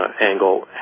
angle